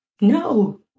No